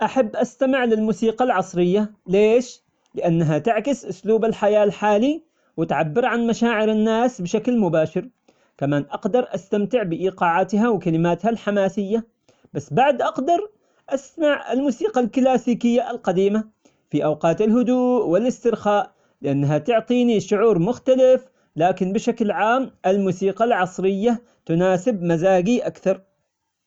أحب أستمع للموسيقى العصرية، ليش؟ لأنها تعكس أسلوب الحياة الحالي، وتعبر عن مشاعر الناس بشكل مباشر، كمان أقدر أستمتع بإيقاعاتها وكلماتها الحماسية، بس بعد أقدر أسمع الموسيقى الكلاسيكية القديمة في أوقات الهدوء والإسترخاء لأنها تعطيني شعور مختلف، لكن بشكل عام الموسيقى العصرية تناسب مزاجي أكثر.